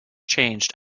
changed